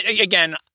again